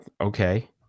okay